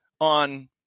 on